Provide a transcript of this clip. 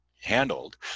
handled